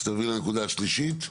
אז תעביר לנקודה השלישית.